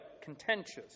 contentious